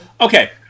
Okay